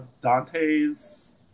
Dante's